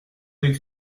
des